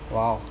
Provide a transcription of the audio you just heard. !wow!